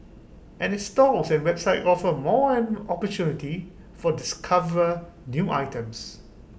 and its stores and website offer more an opportunity for discover new items